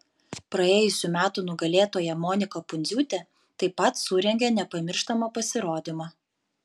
praėjusių metų nugalėtoja monika pundziūtė taip pat surengė nepamirštamą pasirodymą